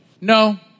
no